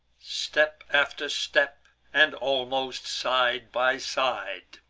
step after step, and almost side by side,